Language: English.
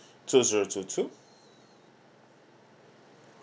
two zero two two